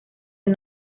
the